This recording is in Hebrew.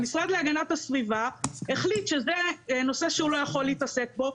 המשרד להגנת הסביבה החליט שזה נושא שהוא לא יכול להתעסק בו